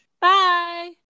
Bye